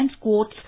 quotes